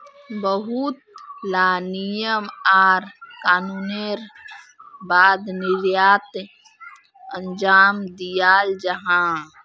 बहुत ला नियम आर कानूनेर बाद निर्यात अंजाम दियाल जाहा